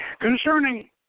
Concerning